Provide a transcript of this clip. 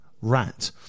Rat